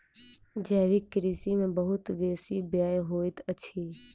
जैविक कृषि में बहुत बेसी व्यय होइत अछि